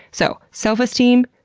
so, self-esteem,